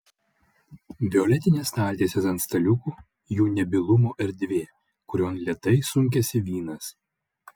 violetinės staltiesės ant staliukų jų nebylumo erdvė kurion lėtai sunkiasi vynas